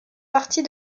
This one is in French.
partie